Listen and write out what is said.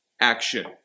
action